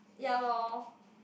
ya lor